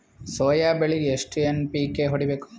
Soya ಬೆಳಿಗಿ ಎಷ್ಟು NPK ಹೊಡಿಬೇಕು?